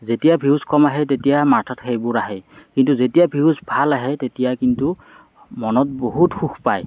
যেতিয়া ভিউজ কম আহে তেতিয়া মাঠাত সেইবোৰ আহে কিন্তু যেতিয়া ভিউজ ভাল আহে তেতিয়া কিন্তু মনত বহুত সুখ পায়